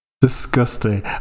disgusting